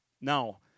Now